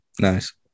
Nice